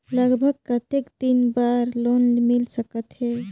लगभग कतेक दिन बार लोन मिल सकत हे?